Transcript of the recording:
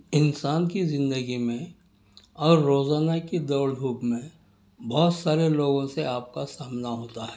ان انسان کی زندگی میں اور روزانہ کی دوڑ دھوپ میں بہت سارے لوگوں سے آپ کا سامنا ہوتا ہے